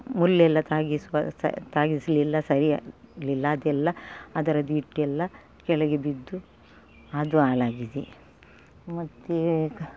ಮುಳ್ಳೆಲ್ಲಾ ತಾಗಿಸ ಸಹ ತಾಗಿಸಲಿಲ್ಲ ಸರಿ ಆಗಲಿಲ್ಲ ಅದೆಲ್ಲ ಅದರದ್ದು ಹಿಟ್ಟೆಲ್ಲಾ ಕೆಳಗೆ ಬಿದ್ದು ಅದು ಹಾಳಾಗಿದೆ ಮತ್ತೆ